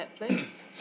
Netflix